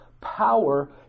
power